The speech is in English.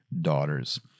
daughter's